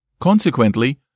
Consequently